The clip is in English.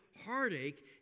heartache